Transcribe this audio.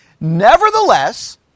Nevertheless